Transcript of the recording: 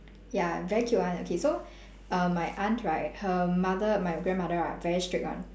ya very cute [one] okay so err my aunt right her mother my grandmother right very strict [one]